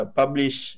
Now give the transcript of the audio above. publish